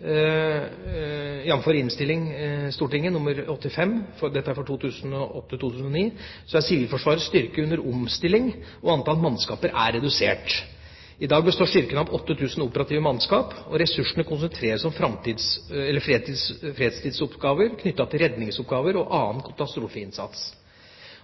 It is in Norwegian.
er Sivilforsvarets styrke under omstilling, og antall mannskaper er redusert. I dag består styrken av 8 000 operative mannskap. Ressursene konsentreres om fredstidsoppgaver knyttet til redningsoppgaver og annen katastrofeinnsats.